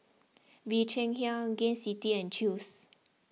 Bee Cheng Hiang Gain City and Chew's